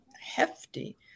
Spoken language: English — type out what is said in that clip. hefty